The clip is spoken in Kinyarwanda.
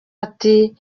ati